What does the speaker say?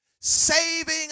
saving